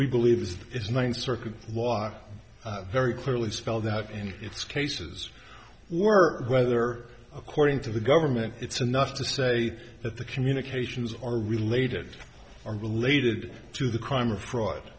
we believe is its ninth circuit was very clearly spelled out and it's cases were whether according to the government it's enough to say that the communications are related or related to the crime or fraud